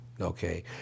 Okay